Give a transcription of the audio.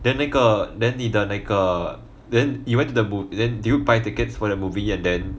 then 那个 then 你的那个 then you went to the boot then did you buy tickets for the movie and then